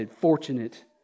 fortunate